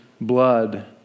blood